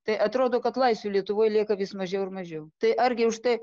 tai atrodo kad laisvių lietuvoj lieka vis mažiau ir mažiau tai argi už tai